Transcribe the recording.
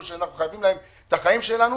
שאנחנו חייבים להם את החיים שלנו,